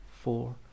four